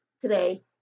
today